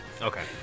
okay